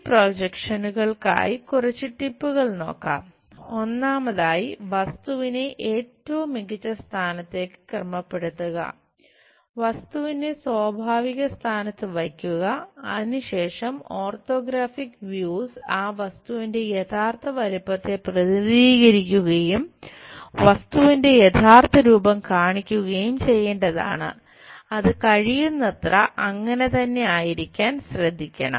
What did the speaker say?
ഈ പ്രൊജക്ഷനുകൾക്കായി ആ വസ്തുവിന്റെ യഥാർത്ഥ വലുപ്പത്തെ പ്രതിനിധീകരിക്കുകയും വസ്തുവിന്റെ യഥാർത്ഥ രൂപം കാണിക്കുകയും ചെയ്യേണ്ടതാണ് അത് കഴിയുന്നത്ര അങ്ങനെ തന്നെ ആയിരിക്കാൻ ശ്രദ്ധിക്കണം